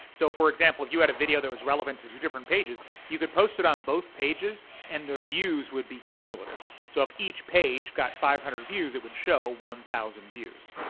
so for example, if you had a video that was relevant to two different pages, you could post it on both pages and the views would be cumulative. so if each page got five hundred views, it would show one thousand views.